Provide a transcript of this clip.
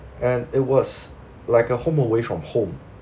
and it was like a home away from home